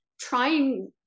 trying